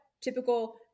typical